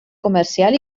comercial